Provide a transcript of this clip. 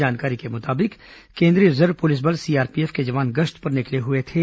जानकारी के मुताबिक केंद्रीय रिजर्व पुलिस बल सीआरपीएफ के जवान गश्त पर निकले हुए थे